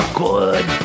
good